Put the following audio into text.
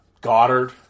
Goddard